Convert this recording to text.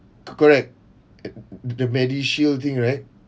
co~ correct a~ the MediShield thing right